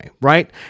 right